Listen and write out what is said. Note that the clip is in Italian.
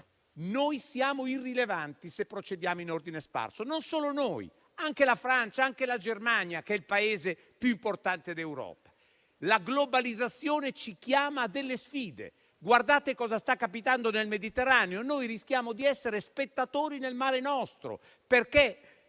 siamo irrilevanti, se procediamo in ordine sparso. Non solo noi, anche la Francia e la Germania, che è il Paese più importante d'Europa. La globalizzazione ci chiama a delle sfide. Guardate cosa sta capitando nel Mediterraneo: rischiamo di essere spettatori nel mare nostro, perché